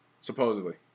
supposedly